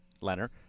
Leonard